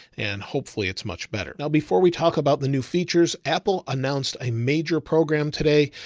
and hopefully it's much better. now, before we talk about the new features, apple announced a major program today,